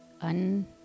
un-